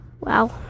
Wow